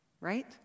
right